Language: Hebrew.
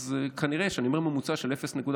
אז כנראה כשאני אומר ממוצע של 0.55,